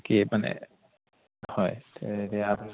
কি মানে হয় এতিয়া